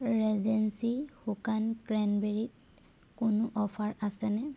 regency শুকান ক্ৰেনবেৰীত কোনো অফাৰ আছেনে